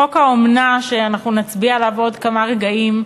חוק האומנה, שנצביע עליו בעוד כמה רגעים,